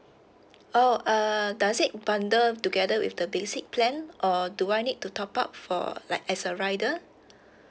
oh uh does it bundle together with the basic plan or do I need to top up for like as a rider